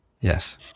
Yes